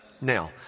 Now